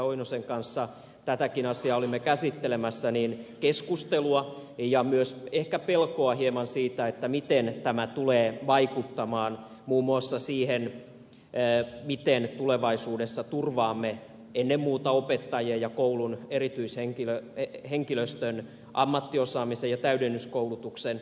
oinosen kanssa tätäkin asiaa olimme käsittelemässä keskustelua ja myös ehkä pelkoa hieman siitä miten tämä tulee vaikuttamaan muun muassa siihen miten tulevaisuudessa turvaamme ennen muuta opettajien ja koulun erityishenkilöstön ammattiosaamisen ja täydennyskoulutuksen